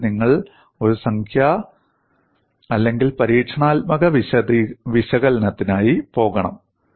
അല്ലെങ്കിൽ നിങ്ങൾ ഒരു സംഖ്യാ അല്ലെങ്കിൽ പരീക്ഷണാത്മക വിശകലനത്തിനായി പോകണം